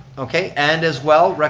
okay, and as well,